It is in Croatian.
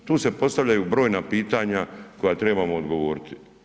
Tu se postavljaju brojna pitanja koja trebamo odgovoriti.